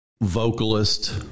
vocalist